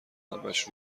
همش